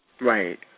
Right